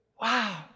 Wow